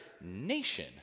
nation